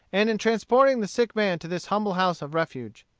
and in transporting the sick man to this humble house of refuge.